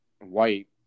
white